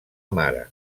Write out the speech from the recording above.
mare